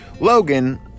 Logan